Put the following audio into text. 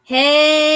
Hey